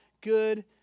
good